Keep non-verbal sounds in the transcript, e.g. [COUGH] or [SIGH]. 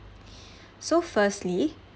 [BREATH] so firstly